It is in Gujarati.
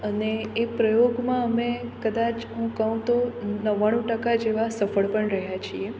અને એ પ્રયોગમાં અમે કદાચ હું કહું તો નવ્વાણું ટકા જેવા સફળ પણ રહ્યા છીએ